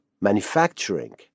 manufacturing